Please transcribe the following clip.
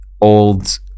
old